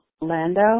Lando